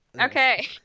okay